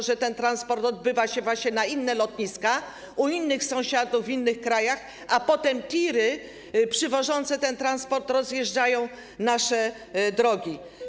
Chodzi o to, że ten transport odbywa się właśnie na inne lotniska, u innych sąsiadów, w innych krajach, a potem tiry przywożące ten ładunek rozjeżdżają nasze drogi.